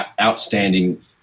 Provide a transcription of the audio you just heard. outstanding